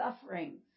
sufferings